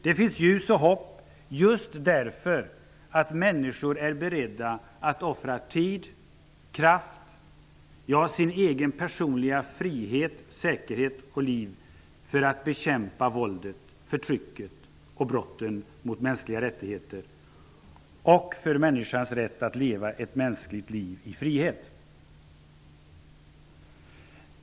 Det finns ljus och hopp, just därför att människor är beredda att offra tid, kraft, ja sin personliga frihet och säkerhet, t.o.m. sitt liv, för att bekämpa våldet, förtrycket och brotten mot mänskliga rättigheter och för att hävda människans rätt att leva ett mänskligt liv i frihet.